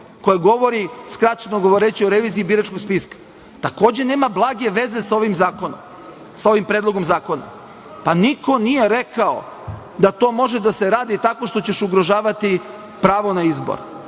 koje govore, skraćeno govoreći o reviziji biračkog spiska, takođe nema blage veze sa ovim zakonom, sa ovim predlogom zakona i niko nije rekao da to može da se radi tako što ćeš ugrožavati pravo na izbor,